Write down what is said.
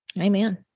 Amen